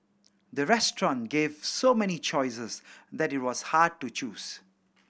the restaurant gave so many choices that it was hard to choose